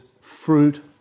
fruit